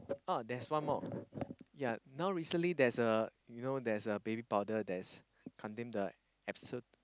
oh there's one more yea now recently there's you know there's a baby powder there's contain the asbestos